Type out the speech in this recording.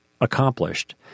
accomplished